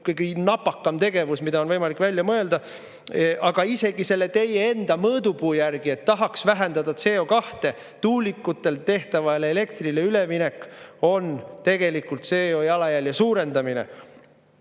napakam tegevus, mida on võimalik välja mõelda. Aga isegi selle teie enda mõõdupuu järgi, kui eesmärk on vähendada CO2, on tuulikutega tehtavale elektrile üleminek tegelikult CO2-jalajälje suurendamine. Ja